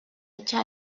echa